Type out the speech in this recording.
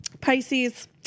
Pisces